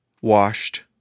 Washed